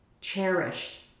cherished